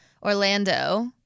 Orlando